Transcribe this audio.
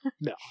No